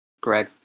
Greg